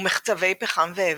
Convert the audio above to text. ומחצבי פחם ואבן.